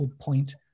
point